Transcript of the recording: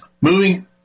Moving